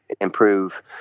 improve